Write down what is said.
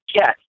yes